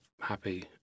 happy